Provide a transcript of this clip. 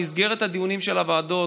במסגרת הדיונים של הוועדות,